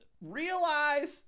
Realize